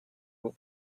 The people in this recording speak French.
vous